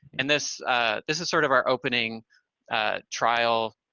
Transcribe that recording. and this this is sort of our opening trial